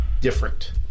different